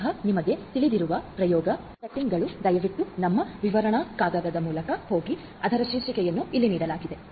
ಮೂಲತಃ ನಿಮಗೆ ತಿಳಿದಿರುವ ಪ್ರಯೋಗ ಸೆಟ್ಟಿಂಗ್ಗಳು ದಯವಿಟ್ಟು ನಮ್ಮ ವಿವರಣೆ ಕಾಗದದ ಮೂಲಕ ಹೋಗಿ ಅದರ ಶೀರ್ಷಿಕೆಯನ್ನು ಇಲ್ಲಿ ನೀಡಲಾಗಿದೆ